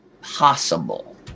possible